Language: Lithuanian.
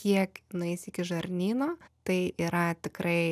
kiek nueis iki žarnyno tai yra tikrai